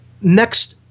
next